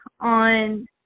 on